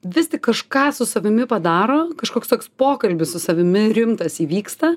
vis tiks kažką su savimi padaro kažkoks toks pokalbis su savimi rimtas įvyksta